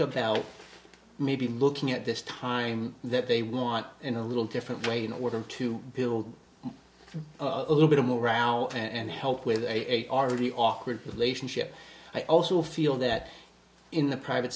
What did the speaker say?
about maybe looking at this time that they want in a little different way in order to build a little bit of morale and help with a r t awkward lation ship i also feel that in the private